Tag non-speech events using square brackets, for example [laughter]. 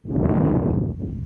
[breath]